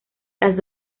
las